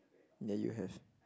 that you have